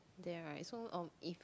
there right so um if